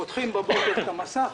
פותחים בבוקר את המסך,